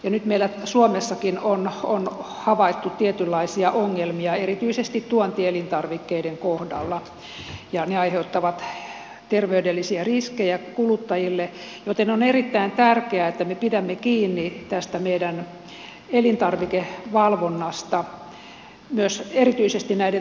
nyt meillä suomessakin on havaittu tietynlaisia ongelmia erityisesti tuontielintarvikkeiden kohdalla ja ne aiheuttavat terveydellisiä riskejä kuluttajille joten on erittäin tärkeää että me pidämme kiinni tästä meidän elintarvikevalvonnasta myös erityisesti näiden tuontiruokien kohdalla